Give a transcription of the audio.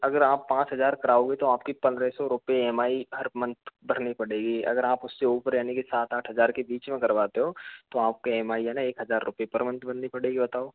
अगर आप पाँच हजार कराओगे तो आपकी पंद्रह सौ रुपए ई एम आई हर मंथ भरनी पड़ेगी अगर आप उससे ऊपर यानि की सात आठ हजार के बीच में करवाते हो तो आपके ई एम आई है ना एक हजार रुपए पर मंथ भरनी पड़ेगी बताओ